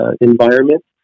environment